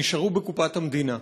נשארו בקופת המדינה.